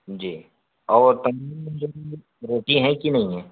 جی اور روٹی ہے کہ نہیں ہے